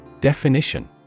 Definition